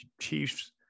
chiefs